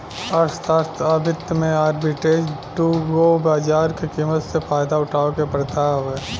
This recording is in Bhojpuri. अर्थशास्त्र आ वित्त में आर्बिट्रेज दू गो बाजार के कीमत से फायदा उठावे के प्रथा हवे